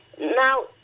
Now